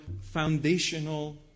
foundational